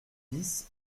bis